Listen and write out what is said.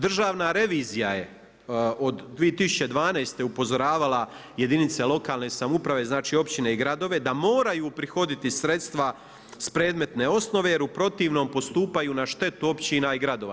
Državna revizija je od 2012. upozoravala jedinice lokalne samouprave, znači općine i gradove da moraju uprihoditi sredstva s predmetne osnove jer u protivnom postupaju na štetu općina i gradova.